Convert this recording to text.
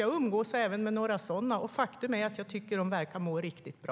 Jag umgås även med några sådana, och faktum är att jag tycker att de verkar må riktigt bra.